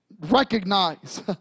recognize